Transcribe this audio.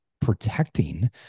protecting